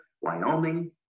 Wyoming